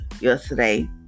yesterday